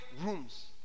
rooms